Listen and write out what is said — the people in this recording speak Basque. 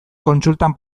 kontsultan